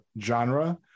genre